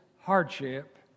hardship